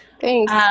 Thanks